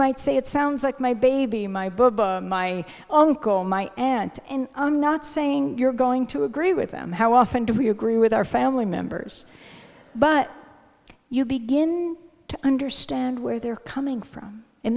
might say it sounds like my baby my book my uncle my aunt and i'm not saying you're going to agree with them how often do we agree with our family members but you begin to understand where they're coming from and